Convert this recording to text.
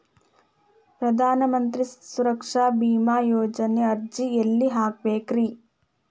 ಪ್ರಧಾನ ಮಂತ್ರಿ ಸುರಕ್ಷಾ ಭೇಮಾ ಯೋಜನೆ ಅರ್ಜಿ ಎಲ್ಲಿ ಹಾಕಬೇಕ್ರಿ?